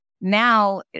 Now